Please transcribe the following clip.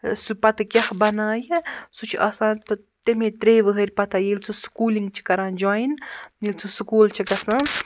ٲں سُہ پَتہٕ کیٛاہ بَنایہِ ہا سُہ چھُ آسان تمے ترٛیٚیہِ وہٕرۍ پَتٔے ییٚلہِ سُہ سکوٗلِنٛگ چھُ کَران جۄایِن ییٚلہِ سُہ سکوٗل چھُ گژھان